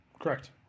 Correct